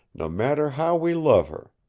no matter how we love her.